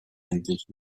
endlich